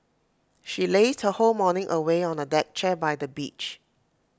she lazed her whole morning away on A deck chair by the beach